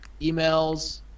emails